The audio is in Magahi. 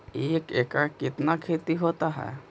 एक एकड़ कितना खेति होता है?